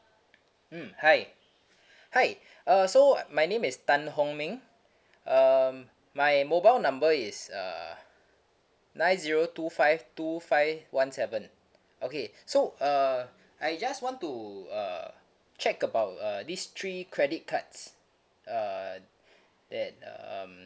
mm hi hi uh so I my name is tan hong ming um my mobile number is uh nine zero two five two five one seven okay so uh I just want to uh check about uh this three credit cards uh that um